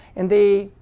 and they,